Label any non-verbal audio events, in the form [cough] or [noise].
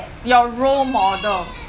your role model [noise]